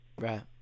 Right